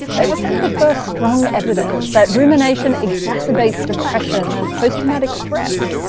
it was some of the first strong evidence that rumination exacerbates depression and post-traumatic stress.